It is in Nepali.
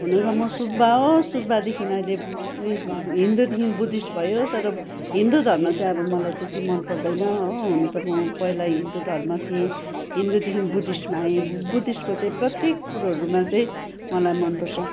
हुनु त म सुब्बा हो सुब्बादेखि अहिले उइस हिन्दूदेखि बुद्धिस्ट भयो तर हिन्दू धर्म चाहिँ अब मलाई त्यति मन पर्दैन हो हुनु त म पहिला हिन्दू धर्म थिएँ हिन्दूदेखि बुद्धिस्टमा आएँ बुद्धिस्टको चाहिँ प्रत्येक कुरोहरूमा चाहिँ मलाई मनपर्छ